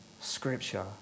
scripture